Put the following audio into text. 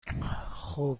خوب